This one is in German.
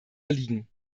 liegen